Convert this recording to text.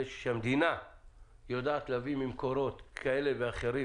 שהמדינה יודעת להביא ממקורות כאלה ואחרים